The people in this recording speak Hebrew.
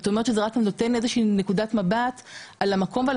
זאת אומרת שזה רק נותן איזושהי נקודת מבט על המקום ועל